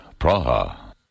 Praha